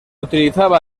utilizaba